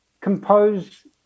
compose